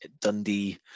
dundee